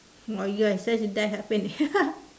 !wow! you are such a die hard fan leh